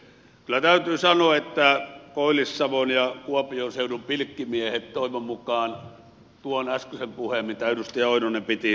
kyllä täytyy sanoa että koillis savon ja kuopion seudun pilkkimiehet toivon mukaan tuon äskeisen puheen mitä edustaja oinonen piti tarkkaan lukevat